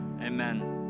amen